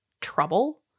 trouble